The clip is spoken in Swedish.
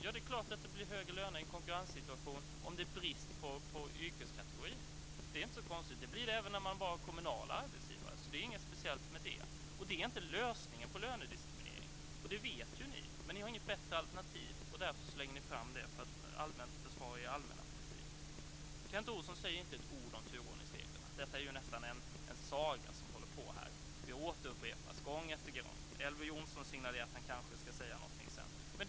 Ja, det är klart att det blir högre löner i en konkurrenssituation om det är brist på yrkeskategorier. Det är inte så konstigt. Det blir det även när man bara har kommunala arbetsgivare. Det är inget speciellt med det. Det är inte lösningen på lönediskriminering. Det vet ni. Men ni har inget bättre alternativ, och därför lägger ni fram det här för att försvara er allmänna politik. Kent Olsson säger inte ett ord om turordningsreglerna. Detta är nästan en saga, som återupprepas gång efter gång. Elver Jonsson signalerar att han kanske ska säga någonting sedan.